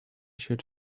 should